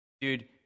dude